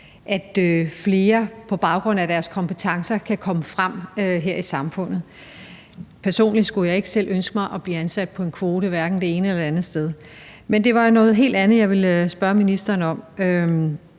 at flere på baggrund af deres kompetencer kan komme frem her i samfundet. Personligt ville jeg ikke selv ønske at blive ansat på en kvote, hverken det ene eller det andet sted. Men det var jo noget helt andet, jeg ville spørge ministeren om.